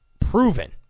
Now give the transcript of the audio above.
proven